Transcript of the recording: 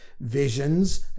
visions